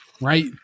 Right